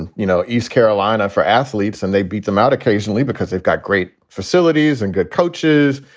and you know, east carolina for athletes. and they beat them out occasionally because they've got great facilities and good coaches.